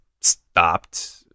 stopped